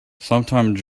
sometime